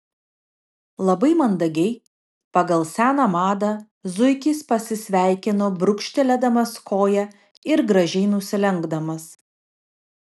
labai mandagiai pagal seną madą zuikis pasisveikino brūkštelėdamas koja ir gražiai nusilenkdamas